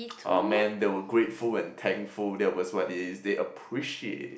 oh man they were grateful and thankful that was what it is they appreciate it